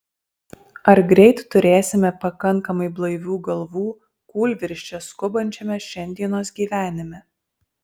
ar greit turėsime pakankamai blaivių galvų kūlvirsčia skubančiame šiandienos gyvenime